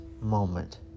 moment